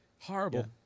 Horrible